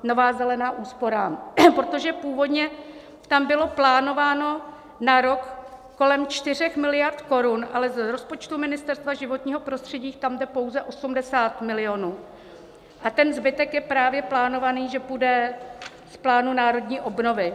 Nové zelené úsporám, protože původně tam bylo plánováno na rok kolem 4 miliard korun, ale z rozpočtu Ministerstva životního prostředí tam jde pouze 80 milionů a ten zbytek je právě plánovaný, že půjde z plánu národní obnovy.